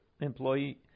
employee